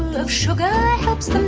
of sugar helps